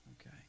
Okay